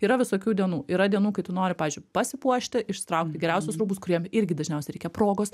yra visokių dienų yra dienų kai tu nori pavyzdžiui pasipuošti išsitraukti geriausius rūbus kuriem irgi dažniausiai reikia progos